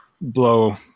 blow